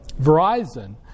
Verizon